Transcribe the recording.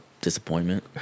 disappointment